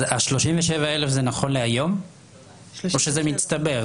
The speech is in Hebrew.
אז ה-37,000 זה נכון להיום או שזה מצטבר?